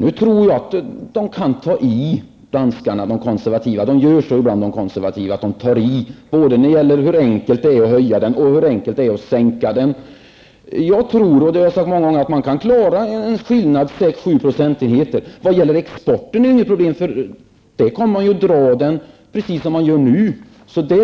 Nu tror jag att de konservativa kan ta i, de gör det ibland, både när det gäller hur enkelt det är att höja den och hur enkelt det är att sänka den. Jag tror att man, det har jag sagt många gånger, klarar en skillnad på fem sex procentenheter. Vad gäller export är det inga problem, för man drar av skatten precis som man gör i dag.